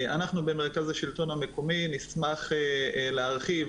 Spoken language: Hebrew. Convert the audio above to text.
אנחנו במרכז השלטון המקומי נשמח להרחיב